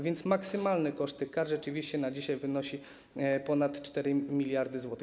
Więc maksymalny koszt kar rzeczywiście na dzisiaj wynosi ponad 4 mld zł.